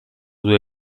due